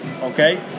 okay